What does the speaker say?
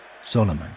Solomon